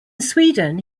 sweden